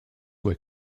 were